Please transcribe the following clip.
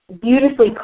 beautifully